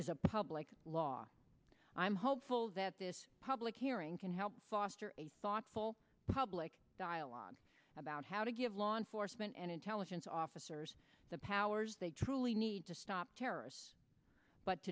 a public law i'm hopeful that this public hearing can help foster a thoughtful public dialogue about how to give law enforcement and intelligence officers the powers they truly need to stop terrorists but